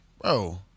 bro